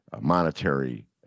monetary